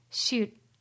shoot